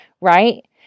right